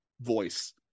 voice